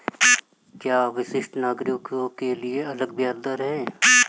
क्या वरिष्ठ नागरिकों के लिए अलग ब्याज दर है?